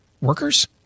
workers